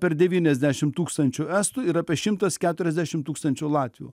per devyniasdešim tūkstančių estų ir apie šimtas keturiasdešim tūkstančių latvių